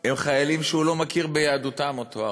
הם חיילים שהוא לא מכיר ביהדותם, אותו הרב.